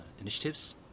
initiatives